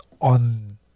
on